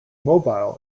mobile